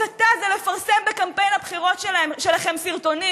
הסתה זה לפרסם בקמפיין הבחירות שלכם סרטונים